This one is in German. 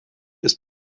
ist